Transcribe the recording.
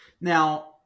Now